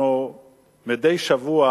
אנחנו מדי שבוע